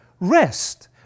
rest